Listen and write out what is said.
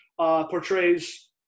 Portrays